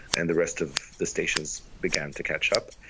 and the rest of the stations began to catch up,